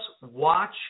watch